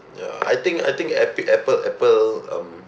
ya I think I think epic~ Apple Apple um